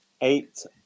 Eight